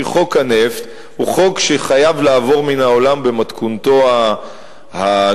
כי חוק הנפט הוא חוק שחייב לעבור מהעולם במתכונתו הנוכחית,